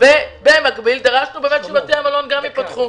במקביל דרשנו שגם בתי המלון ייפתחו.